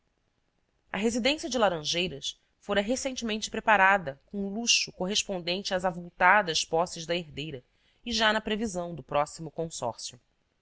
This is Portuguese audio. a residência de laranjeiras fora recentemente preparada com luxo correspondente às avultadas posses da herdeira e já na previsão do próximo consórcio